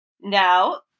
Now